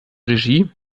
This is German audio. regie